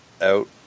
Out